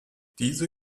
diese